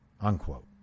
unquote